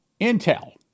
Intel